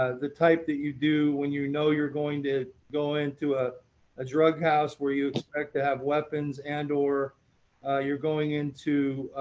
ah the type that you do when you know you're going to go in to ah a drug house where you expect to have weapons and or you're going in